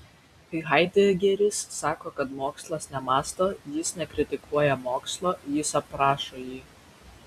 kai haidegeris sako kad mokslas nemąsto jis nekritikuoja mokslo jis aprašo jį